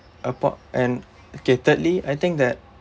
apart and okay thirdly I think that